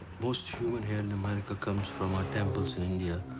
most human hair in america comes from our temples in india,